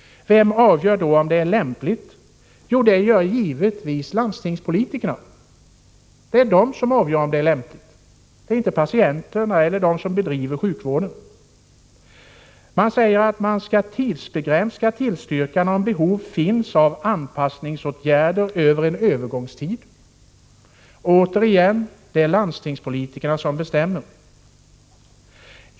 Vem avgör då om det är lämpligt? Jo, det gör givetvis landstingspolitikerna. Det är dessa som avgör om det är lämpligt — det är inte patienterna eller de som bedriver sjukvården. Det sägs att man skall tidsbegränsa tillstyrkan, om behov finns av anpassningsåtgärder under en övergångstid. Återigen: Det är landstingspolitikerna som bestämmer.